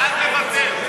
אורן, אל תוותר.